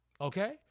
Okay